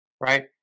right